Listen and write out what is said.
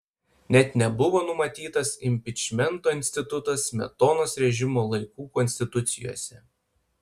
net nebuvo numatytas impičmento institutas smetonos režimo laikų konstitucijose